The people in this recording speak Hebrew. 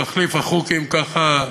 מחליף אחוקים ככה,